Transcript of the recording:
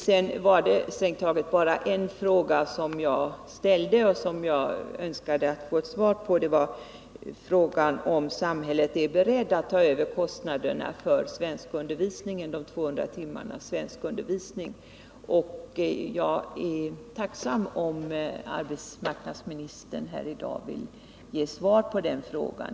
Jag ställde en fråga som jag önskade få ett svar på, och det gällde om samhället är berett att ta över kostnaderna för de 200 timmarna svenskundervisning. Jag är tacksam om arbetsmarknadsministern här i dag vill ge ett svar på den frågan.